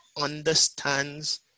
understands